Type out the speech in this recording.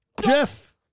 Jeff